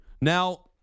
Now